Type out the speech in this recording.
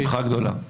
בשמחה גדולה.